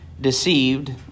Deceived